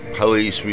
police